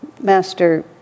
Master